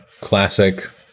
classic